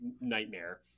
nightmare